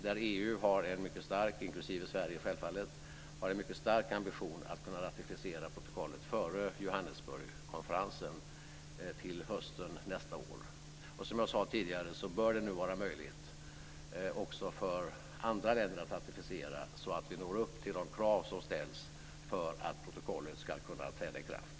Där har EU inklusive självfallet Sverige en mycket stark ambition att kunna ratificera protokollet före Johannesburgkonferensen till hösten nästa år. Som jag sade tidigare bör det nu vara möjligt också för andra länder att ratificera så att vi når upp till de krav som ställs för att protokollet ska kunna träda i kraft.